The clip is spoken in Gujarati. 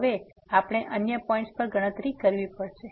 હવે આપણે અન્ય પોઈન્ટ્સ પર પણ ગણતરી કરવી પડશે